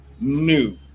new